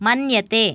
मन्यते